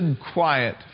quiet